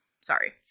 sorry